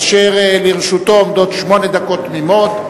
אשר לרשותו עומדות שמונה דקות תמימות.